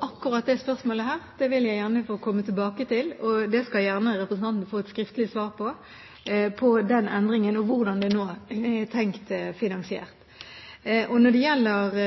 Akkurat det spørsmålet vil jeg gjerne få komme tilbake til. Representanten skal gjerne få et skriftlig svar på endringen og hvordan det nå er tenkt finansiert. Når det gjelder